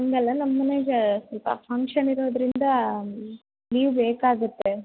ಹಂಗಲ್ಲ ನಮ್ಮ ಮನೆಗ ಸ್ವಲ್ಪ ಫಂಕ್ಷನ್ ಇರೋದರಿಂದ ಲೀವ್ ಬೇಕಾಗುತ್ತೆ